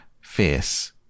fierce